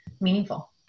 meaningful